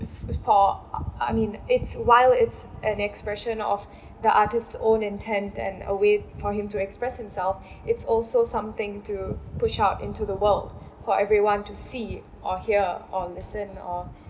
f~ for I mean it's while it's an expression of the artist own intent and a way for him to express himself it's also something to push out into the world for everyone to see or hear or listen or